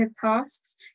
tasks